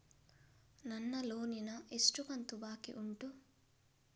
ನನ್ನ ಲೋನಿನ ಎಷ್ಟು ಕಂತು ಬಾಕಿ ಉಂಟು?